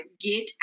Get